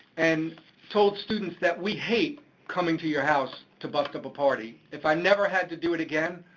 and told students that we hate coming to your house to bust up a party. if i never had to do it again,